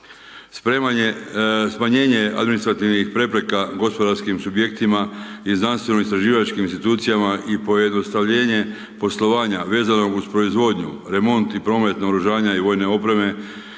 tržišta. Smanjenje administrativnih prepreka gospodarskim subjektima i znanstveno istraživačkim institucijama i pojednostavljenje poslovanja, vezanog za proizvodnju, remont i promet naoružanja i vojne opreme